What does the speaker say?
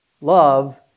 Love